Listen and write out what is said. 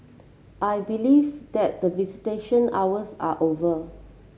I believe that the visitation hours are over